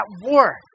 war